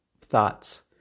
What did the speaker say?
thoughts